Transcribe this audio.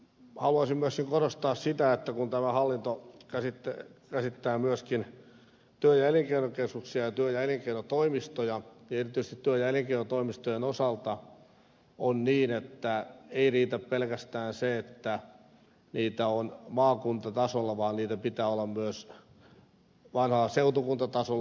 haluaisin myöskin korostaa sitä kun tämä hallinto käsittää myöskin työ ja elinkeinokeskuksia ja työ ja elinkeinotoimistoja että erityisesti työ ja elinkeinotoimistojen osalta ei riitä pelkästään se että niitä on maakuntatasolla vaan niitä pitää olla myös vanhalla seutukuntatasolla